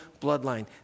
bloodline